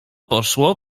poszło